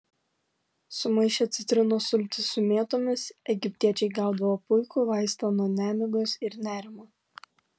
sumaišę citrinos sultis su mėtomis egiptiečiai gaudavo puikų vaistą nuo nemigos ir nerimo